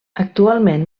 actualment